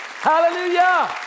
Hallelujah